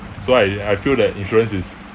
so I I feel that insurance is